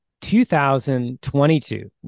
2022